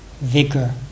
vigor